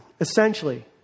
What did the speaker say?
essentially